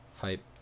Hype